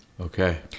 Okay